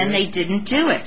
said they didn't do it